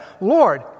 Lord